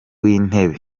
w’intebe